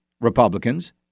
Republicans